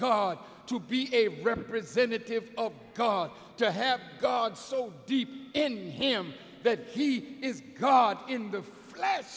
god to be a representative of god to have god so deep in him that he is god in the last